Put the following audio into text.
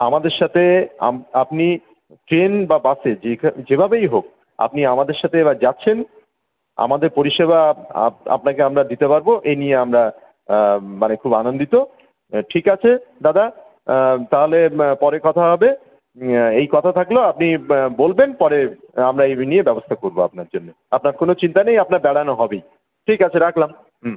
আমাদের সাথে আম আপনি ট্রেন বা বাসে যেখা যেভাবেই হোক আপনি আমাদের সাথে এবার যাচ্ছেন আমাদের পরিষেবা আপ আপ আপনাকে আমরা দিতে পারব এই নিয়ে আমরা মানে খুব আনন্দিত ঠিক আছে দাদা তাহলে পরে কথা হবে এই কথা থাকল আপনি বলবেন পরে আমরা এই বি নিয়ে ব্যবস্থা করব আপনার জন্যে আপনার কোনো চিন্তা নেই আপনার বেড়ানো হবেই ঠিক আছে রাখলাম হুম